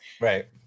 Right